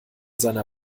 seiner